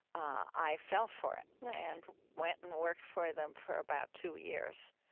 i fell for it and went and worked for them for about two years.